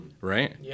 right